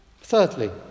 Thirdly